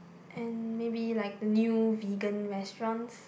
and maybe like the new vegan restaurants